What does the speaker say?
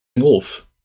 off